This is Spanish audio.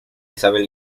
isabel